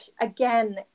again